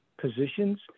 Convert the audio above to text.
positions